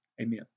amen